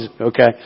Okay